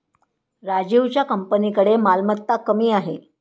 राजीवच्या कंपनीकडे मालमत्ता कमी आहे